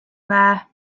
there